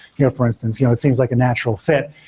you know for instance, you know it seems like a natural fit.